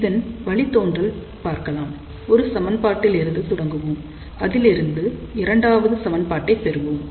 இதன் வழித்தோன்றல் பார்க்கலாம் ஒரு சமன்பாட்டில் இருந்து தொடங்குவோம் அதிலிருந்து இரண்டாவது சமன்பாட்டை பெறுவோம்